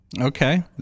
Okay